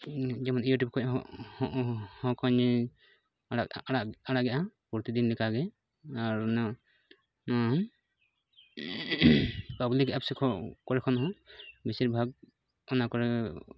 ᱡᱮᱢᱚᱱ ᱤᱭᱩᱴᱤᱭᱩᱵᱽ ᱠᱷᱚᱡ ᱦᱚᱸᱠᱚ ᱧᱮᱞ ᱟᱲᱟᱜ ᱟᱲᱟᱜ ᱜᱮᱜᱼᱟ ᱯᱚᱨᱛᱤᱫᱤᱱ ᱞᱮᱠᱟᱜᱮ ᱟᱨ ᱚᱱᱟ ᱯᱟᱵᱽᱞᱤᱠ ᱮᱯᱥ ᱠᱚᱨᱮ ᱠᱷᱚᱱ ᱦᱚᱸ ᱵᱮᱥᱤᱨᱵᱷᱟᱜᱽ ᱚᱱᱟᱠᱚᱨᱮ